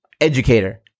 Educator